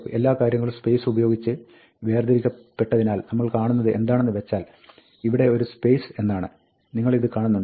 എല്ലാ കാര്യങ്ങളും സ്പേസ് ഉപയോഗിച്ച് വേർതിരിക്കപ്പെട്ടതിനാൽ നമ്മൾ കാണുന്നത് എന്താണെന്ന് വെച്ചാൽ ഇവിടെ ഒരു സ്പേസ് എന്നാണ് നിങ്ങൾ ഇത് കാണുന്നുണ്ടോ